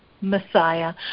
Messiah